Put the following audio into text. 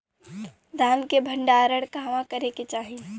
धान के भण्डारण कहवा करे के चाही?